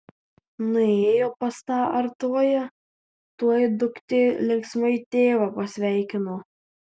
nuėjo pas tą artoją tuoj duktė linksmai tėvą pasveikino